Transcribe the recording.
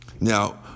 Now